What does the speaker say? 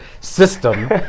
system